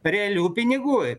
realių pinigų